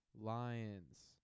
Lions